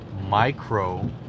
Micro